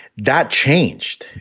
that changed.